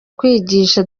kwigisha